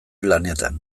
lanetan